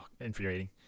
infuriating